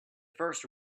first